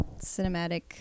cinematic